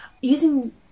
using